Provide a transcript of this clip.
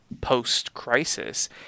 post-crisis